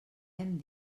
hem